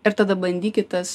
ir tada bandykit tas